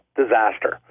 disaster